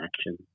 action